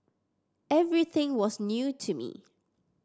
everything was new to me